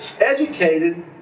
educated